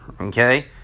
okay